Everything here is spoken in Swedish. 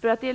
Det är ju